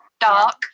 dark